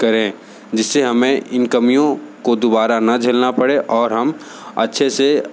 करें जिससे हमें इन कमियों को दोबारा ना झेलना पड़े और हम अच्छे से